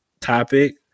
topic